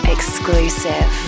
Exclusive